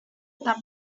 top